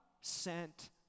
sent